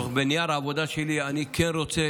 בנייר העבודה שלי אני כן רוצה